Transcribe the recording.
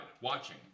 watching